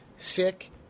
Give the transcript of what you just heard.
sick